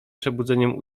przebudzeniem